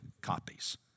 copies